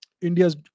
India's